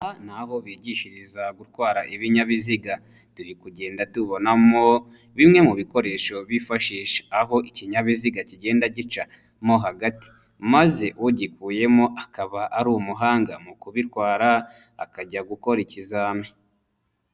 Aha ni aho bigishiriza gutwara ibinyabiziga, turi kugenda tubonamo bimwe mu bikoresho bifashisha aho ikinyabiziga kigenda gica mo hagati, maze ugikuyemo akaba ari umuhanga mu kubitwara akajya gukora ikizami.